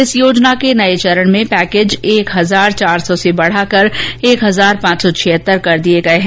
इस योजना के नये चरण में पैकेज एक हजार चार सौ से बढाकर एक हजार पांच सौ छियेत्तर कर दिये गये हैं